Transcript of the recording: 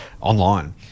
online